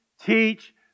teach